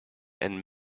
and